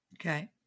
okay